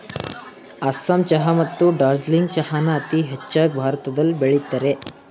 ಅಸ್ಸಾಂ ಚಹಾ ಮತ್ತು ಡಾರ್ಜಿಲಿಂಗ್ ಚಹಾನ ಅತೀ ಹೆಚ್ಚಾಗ್ ಭಾರತದಲ್ ಬೆಳಿತರೆ